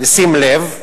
שים לב,